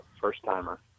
first-timer